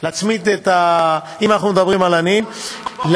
אם אנחנו מדברים על עניים,